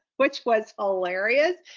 which was ah hilarious,